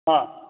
হ্যাঁ